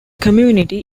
community